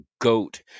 Goat